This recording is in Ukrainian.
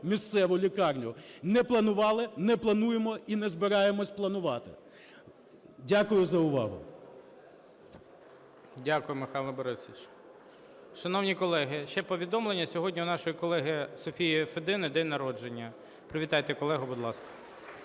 місцеву лікарню. Не планували, не плануємо і не збираємось планувати. Дякую за увагу. ГОЛОВУЮЧИЙ. Дякую, Михайло Борисович. Шановні колеги, ще повідомлення. Сьогодні у нашої колеги Софії Федини день народження. Привітайте колегу, будь ласка.